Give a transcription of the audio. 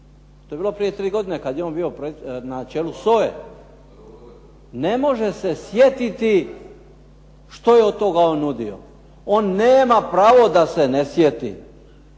To je bilo prije tri godine kad je on bio na čelu SOA-e. Ne može se sjetiti što je od toga on nudio. On nema pravo da se ne sjeti.